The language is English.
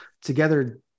Together